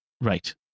right